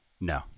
No